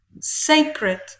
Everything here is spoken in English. sacred